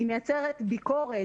היא מייצרת ביקורת,